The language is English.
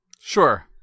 Sure